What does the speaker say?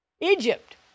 Egypt